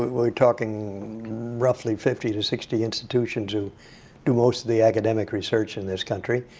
we're talking roughly fifty to sixty institutions who do most of the academic research in this country,